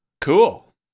Cool